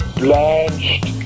blanched